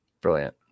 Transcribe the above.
Brilliant